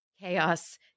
chaos